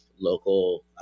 local